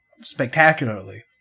spectacularly